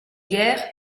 guerre